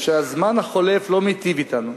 שהזמן החולף לא מיטיב אתנו,